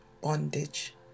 bondage